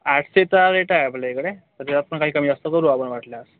आठशेचा rate आहे आपल्या इकडे तर त्याच्यात पण कमीजास्त करू आपण वाटल्यास